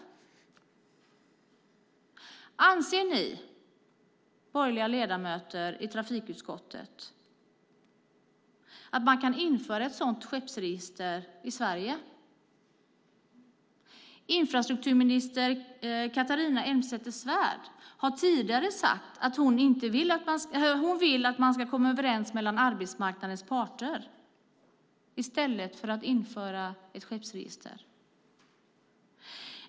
Anser ni borgerliga ledamöter i trafikutskottet att man kan införa ett sådant skeppsregister i Sverige? Infrastrukturminister Catharina Elmsäter-Svärd har tidigare sagt att hon vill att man ska komma överens mellan arbetsmarknadens parter i stället för att införa ett skeppsregister.